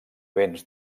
béns